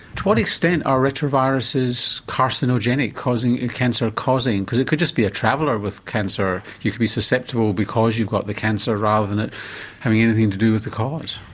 to what extent are retroviruses carcinogenic, and cancer causing, because it could just be a traveller with cancer, you could be susceptible because you've got the cancer rather than it having anything to do with the cause?